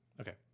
Okay